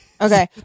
Okay